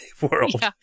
world